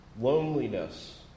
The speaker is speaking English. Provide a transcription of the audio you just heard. loneliness